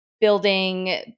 building